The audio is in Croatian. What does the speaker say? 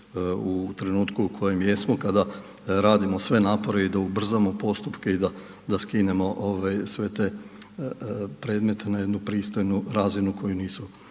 u trenutku u kojem jesmo kada radimo sve napore i da ubrzamo postupke i da skinemo ovaj sve te predmete na jednu pristojnu razinu koji nisu